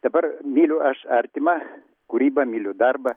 dabar myliu aš artimą kūrybą myliu darbą